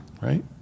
right